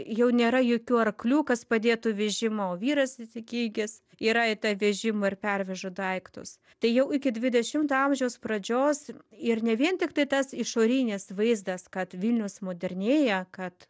jau nėra jokių arklių kas padėtų vežimą o vyras įsikinkęs yra į tą vežimą ir perveža daiktus tai jau iki dvidešimto amžiaus pradžios ir ne vien tiktai tas išorinis vaizdas kad vilnius modernėja kad